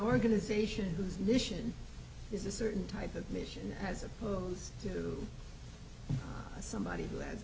organization whose mission is a certain type of mission as opposed to somebody who has